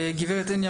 גברת הניה